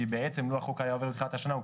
כי בעצם לו החוק היה עובר בתחילת השנה,